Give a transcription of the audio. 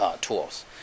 tools